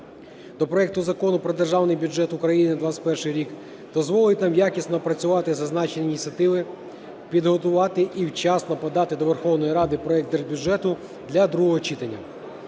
до проекту Закону про Державний бюджет України на 21-й рік дозволить нам якісно опрацювати зазначені ініціативи, підготувати і вчасно подати до Верховної Ради проект держбюджету для другого читання.